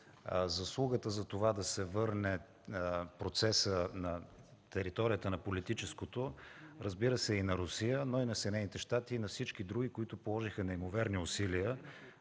заслугата за това да се върне процесът на територията на политическото, разбира се, е и на Русия, но и на Съединените щати, и на всички други, които положиха неимоверни усилия,